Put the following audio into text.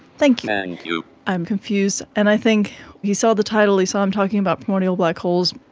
thank you. i'm confused and i think he saw the title, he saw i'm talking about primordial black holes,